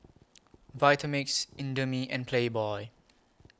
Vitamix Indomie and Playboy